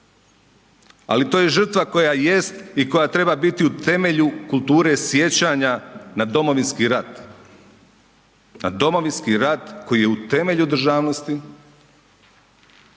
ali to je žrtva koja jest i koja treba biti u temelju kulture sjećanja na Domovinski rat. Na Domovinski rat koji je u temelju državnosti,